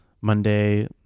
Monday